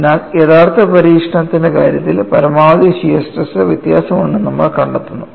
അതിനാൽ യഥാർത്ഥ പരീക്ഷണത്തിന്റെ കാര്യത്തിൽ പരമാവധി ഷിയർ സ്ട്രെസ് വ്യത്യാസമുണ്ടെന്ന് നമ്മൾ കണ്ടെത്തുന്നു